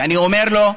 ואני אומר לו,